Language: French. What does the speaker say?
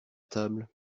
table